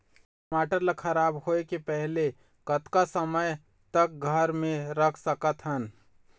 टमाटर ला खराब होय के पहले कतका समय तक घर मे रख सकत हन?